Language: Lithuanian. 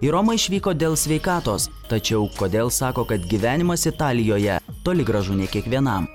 į romą išvyko dėl sveikatos tačiau kodėl sako kad gyvenimas italijoje toli gražu ne kiekvienam